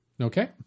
Okay